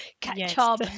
catch-up